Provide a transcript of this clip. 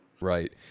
Right